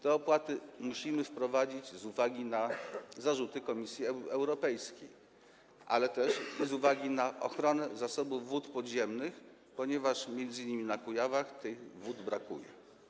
Te opłaty musimy wprowadzić z uwagi na zarzuty Komisji Europejskiej, ale też z uwagi na ochronę zasobów wód podziemnych, ponieważ m.in. na Kujawach tych wód brakuje.